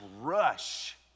rush